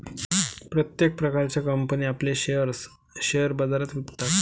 प्रत्येक प्रकारच्या कंपनी आपले शेअर्स शेअर बाजारात विकतात